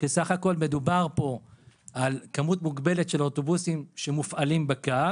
הכל מדובר פה בכמות מוגבלת של אוטובוסים שמופעלים בקו